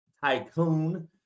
tycoon